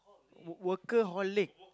wo~ workaholic